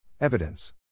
Evidence